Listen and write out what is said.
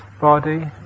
body